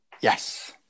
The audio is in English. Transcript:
Yes